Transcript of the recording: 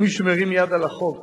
ומי שמרים יד על החוק,